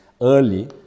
early